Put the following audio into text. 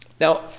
Now